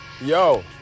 Yo